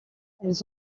elles